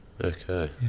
Okay